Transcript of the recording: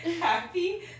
happy